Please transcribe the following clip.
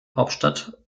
hauptstadt